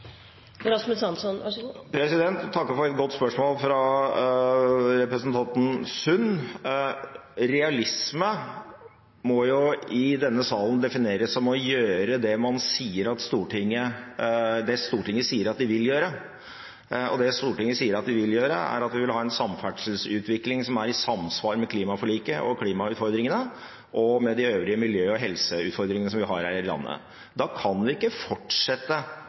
takker for et godt spørsmål fra representanten Sund. Realisme må jo i denne salen defineres som å gjøre det Stortinget sier at de vil gjøre. Og det Stortinget sier at de vil gjøre, er at vi vil ha en samferdselsutvikling som er i samsvar med klimaforliket og klimautfordringene og med de øvrige miljø- og helseutfordringene som vi har her i landet. Da kan vi ikke fortsette